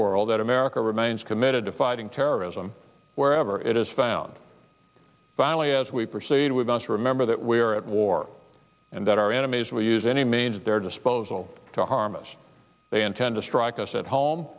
world that america remains committed to fighting terrorism wherever it is found but only as we proceed with must remember that we are at war and that our enemies will use any means at their disposal to harm us they intend to strike us at home